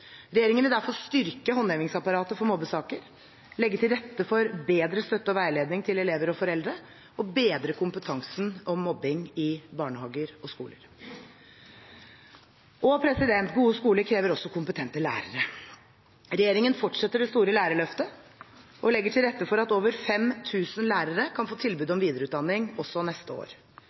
Regjeringen vil derfor styrke håndhevingsapparatet for mobbesaker, legge til rette for bedre støtte og veiledning til elever og foreldre og bedre kompetansen om mobbing i barnehager og skoler. Gode skoler krever også kompetente lærere. Regjeringen fortsetter det store lærerløftet og legger til rette for at over 5 000 lærere kan få tilbud om videreutdanning også neste år.